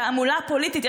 תעמולה פוליטית.